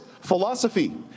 philosophy